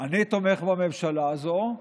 אני תומך בממשלה הזו,